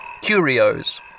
Curios